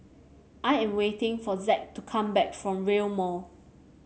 I am waiting for Zack to come back from Rail Mall